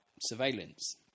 surveillance